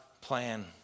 plan